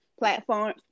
platform